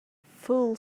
full